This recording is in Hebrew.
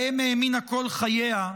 שבהם האמינה כל חייה,